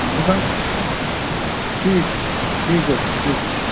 بہٕ تھاوٕ ٹھیٖک چھُ ٹھیٖک حظ چھُ ٹھیٖک حظ چھُ